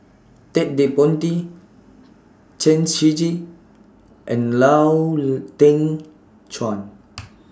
Ted De Ponti Chen Shiji and Lau Teng Chuan